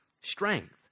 strength